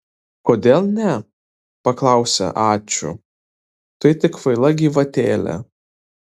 kodėl ne paklausė ačiū tai tik kvaila gyvatėlė